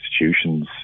institutions